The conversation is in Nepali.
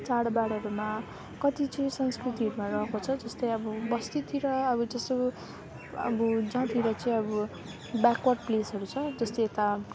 चाडबाडहरूमा कति चाहिँ संस्कृतिहरूमा रहेको छ जस्तै अब बस्तीतिर अब यसो अब जहाँतिर चाहिँ अब ब्याकवार्ड प्लेसहरू छ जस्तै यता